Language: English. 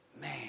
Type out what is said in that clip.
Man